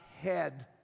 head